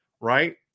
right